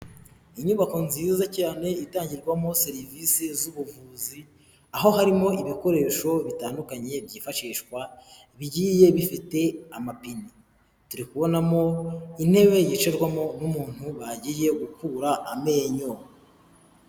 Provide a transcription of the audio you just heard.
Inyubako nziza cyane itangirwamo serivisi z'ubuvuzi, aho harimo ibikoresho bitandukanye byifashishwa bigiye bifite amapine, turi kubonamo intebe yicarwamo n'umuntu bagiye gukura amenyo.